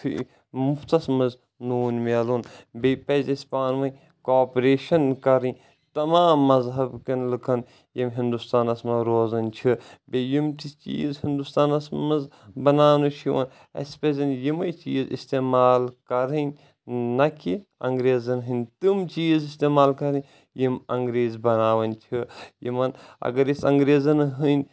free مفتس منٛز نوٗن مِلُن بییٚہِ پزِ اسہِ پانہٕ وٲنۍ کاپریشن کرٕنۍ تمام مذہب کٮ۪ن لٕکن یم ہندوستانس منٛز روزان چھِ بییٚہِ یِم تہِ چیٖز ہندوستانس منٛز بناونہٕ چھِ یوان اسہِ پزن یمے چیٖز استعمال کرٕنۍ نہ کہِ انگریزن ہنٛدۍ تِم چیٖز استعمال کرٕنۍ یِم انگریز بناوان چھِ یمن اگر أسۍ انگریزن ہٕنٛدۍ